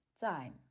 Time